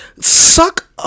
suck